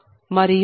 1 మరియు 0